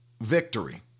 victory